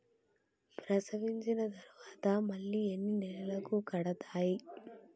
ప్రసవించిన తర్వాత మళ్ళీ ఎన్ని నెలలకు కడతాయి?